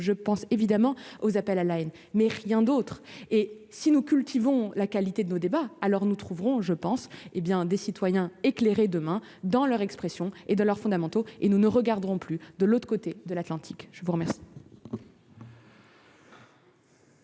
je pense évidemment aux appels à la haine, mais rien d'autre et si nous cultivons la qualité de nos débats, alors nous trouverons je pense, hé bien, des citoyens éclairés demain dans leur expression et de leurs fondamentaux et nous ne regarderons plus de l'autre côté de l'Atlantique, je vous remercie.